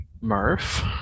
Murph